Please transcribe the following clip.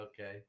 Okay